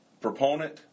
proponent